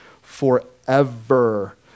forever